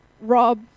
rob